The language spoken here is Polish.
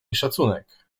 szacunek